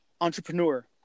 entrepreneur